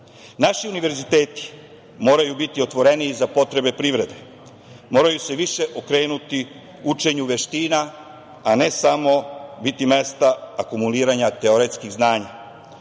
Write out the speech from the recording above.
univerziteti moraju biti otvoreniji za potrebe privrede, moraju se više okrenuti učenju veština, a ne samo biti mesta akumuliranja teoretskih znanja.